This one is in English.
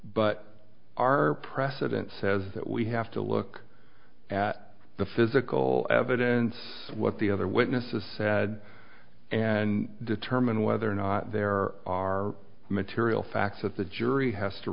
but our precedent says that we have to look at the physical evidence what the other witnesses said and determine whether or not there are material facts that the jury has to